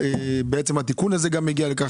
ואז בעצם התיקון הזה גם מגיע לכך,